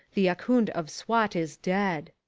the ahkoond of swat is dead.